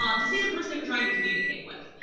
um to see the person they were trying to communicate with.